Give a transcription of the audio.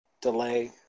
delay